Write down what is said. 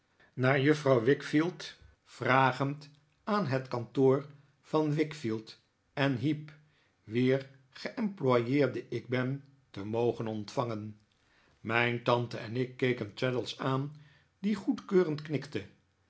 naar juffrouw wickfield vragend aan het kantoor van wickfield en heep wier geemployeerde ik ben te mogen ontvangen mijn tante en ik keken traddles aan die goedkeurend knikte